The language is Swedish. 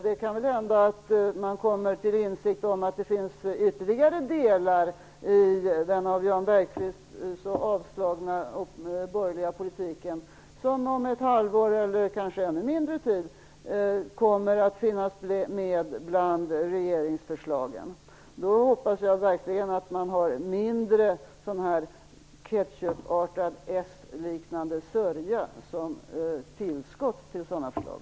Det kan väl hända att man kommer till insikt om att det finns ytterligare delar i den av Jan Bergqvist avslagna borgerliga politiken som om ett halvår eller kanske ännu kortare tid kommer att finnas med bland regeringsförslagen. Då hoppas jag verkligen att man har mindre ketchupartad s-liknande sörja som tillskott till sådana förslag.